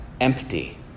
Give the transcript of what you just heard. empty